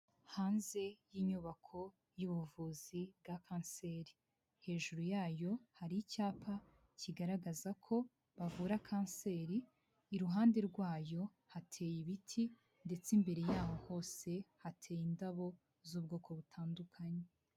Hanze y'inyubako y'ubuvuzi bwa kanseri hejuru yayo hari icyapa kigaragaza ko bavura kanseri, iruhande rwayo hateye ibiti ndetse imbere yaho hose hateye indabo z'ubwoko butandukanye.